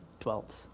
dwelt